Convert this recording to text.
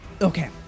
Okay